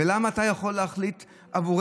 למה אתה כן יכול להחליט עבורנו?